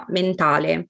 mentale